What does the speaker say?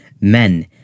Men